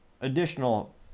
additional